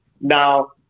Now